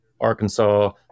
Arkansas